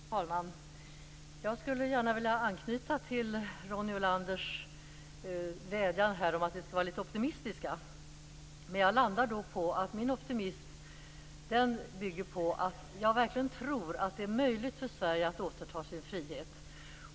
Fru talman! Jag skulle gärna vilja anknyta till Ronny Olanders vädjan om att vi skall vara litet optimistiska. Min optimism bygger på att jag verkligen tror att det är möjligt för Sverige att återta sin frihet.